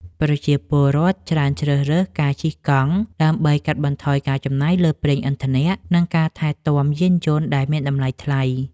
ប្រជាពលរដ្ឋជ្រើសរើសការជិះកង់ដើម្បីកាត់បន្ថយការចំណាយលើប្រេងឥន្ធនៈ និងការថែទាំយានយន្តដែលមានតម្លៃថ្លៃ។